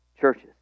churches